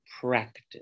practice